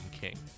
King